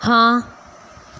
ਹਾਂ